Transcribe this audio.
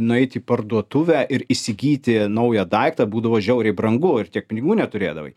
nueit į parduotuvę ir įsigyti naują daiktą būdavo žiauriai brangu ir tiek pinigų neturėdavai